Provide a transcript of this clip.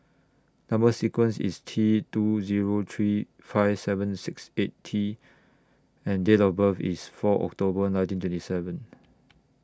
Number sequence IS T two Zero three five seven six eight T and Date of birth IS four October nineteen twenty seven